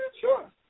Sure